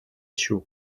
shoe